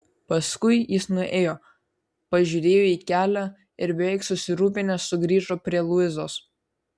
paskui jis nuėjo pažiūrėjo į kelią ir beveik susirūpinęs sugrįžo prie luizos